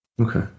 Okay